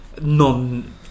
non-